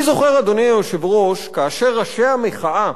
אני זוכר, אדוני היושב-ראש, כאשר ראשי המחאה